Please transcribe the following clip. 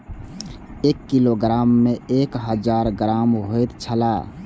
एक किलोग्राम में एक हजार ग्राम होयत छला